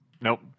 Nope